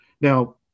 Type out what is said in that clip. Now